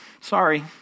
sorry